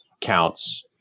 counts